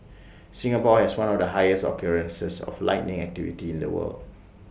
Singapore has one of the highest occurrences of lightning activity in the world